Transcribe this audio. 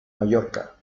mallorca